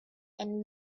and